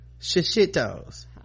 shishitos